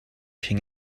king